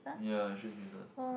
ya shoes business